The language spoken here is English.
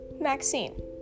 Maxine